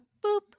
boop